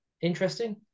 interesting